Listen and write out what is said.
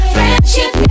Friendship